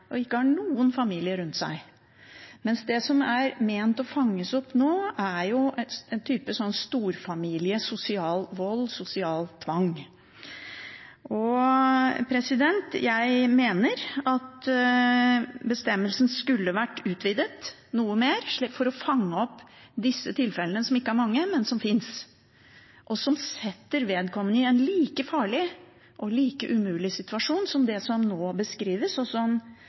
og ikke har noen familie rundt seg, mens det som er ment å skulle fanges opp nå, jo er en type storfamilie, sosial vold, sosial tvang. Jeg mener at bestemmelsen skulle vært utvidet noe mer for å fange opp disse tilfellene, som ikke er mange, men som finnes, og som setter vedkommende i en like farlig og like umulig situasjon som det som nå beskrives, og